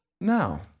now